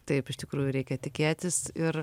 taip iš tikrųjų reikia tikėtis ir